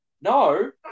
No